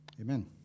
Amen